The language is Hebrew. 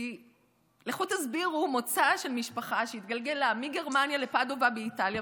כי לכו תסבירו מוצא של משפחה שהתגלגלה מגרמניה לפדובה באיטליה,